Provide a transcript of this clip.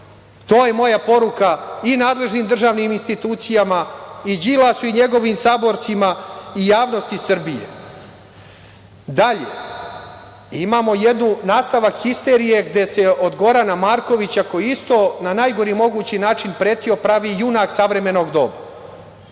To je moja poruka i nadležnim državnim institucijama, Đilasu i njegovim saborcima i javnosti Srbije. Dalje. Imamo nastavak histerije, gde se od Gorana Markovića koji je isto na najgori mogući način pretio. Pravi junak savremenog doba.